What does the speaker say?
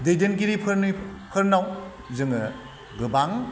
दैदेनगिरि फोरनाव जोङो गोबां